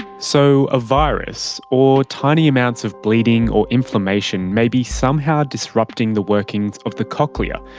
so a virus or tiny amounts of bleeding or inflammation may be somehow disrupting the workings of the cochlear,